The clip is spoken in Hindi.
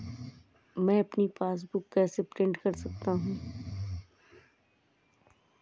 मैं अपनी पासबुक कैसे प्रिंट कर सकता हूँ?